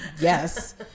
yes